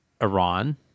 Iran